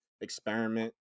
experiment